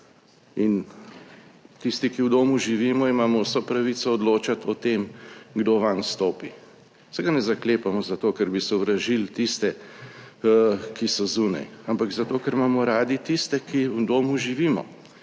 in tisti, ki v domu živimo, imamo vso pravico odločati o tem kdo vanj vstopi. Saj ga ne zaklepamo zato, ker bi sovražili tiste, ki so zunaj, ampak zato, ker imamo radi tiste, ki v domu živimo.